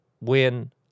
Win